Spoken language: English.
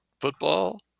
football